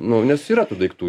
nu nes yra tų daiktų